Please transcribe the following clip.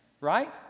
Right